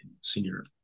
senior